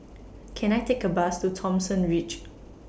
Can I Take A Bus to Thomson Ridge